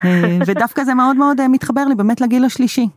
ודווקא זה מאוד מאוד מתחבר לי באמת לגיל השלישי.